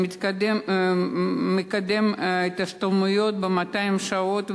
ומקדם השתלמויות של 200 שעות.